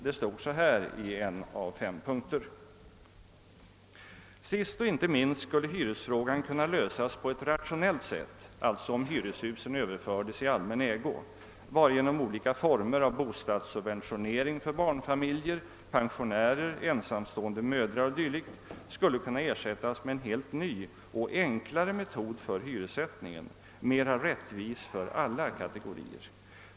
Det stod så här i en av fem punkter: »Sist och inte minst skulle hyresfrågan kunna lösas på ett rationellt sätt» — alltså om hyreshusen överfördes i allmän ägo — »varigenom olika former av bostadssubventionering för barnfamiljer, pensionärer, ensamstående mödrar o.d. skulle kunna ersättas med en helt ny och enklare metod för hyressättningen, mera rättvis för alla kategorier.